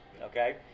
okay